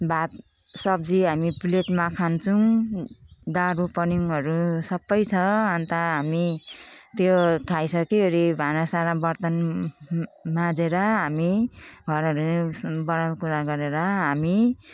भात सब्जी हामी प्लेटमा खान्छौँ डाडुपन्युहरू सबै छ अन्त हामी त्यो खाइसकिवरी भाँडासाँडा बर्तन माझेर हामी घरहरू बडारकुँडार गरेर हामी